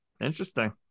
Interesting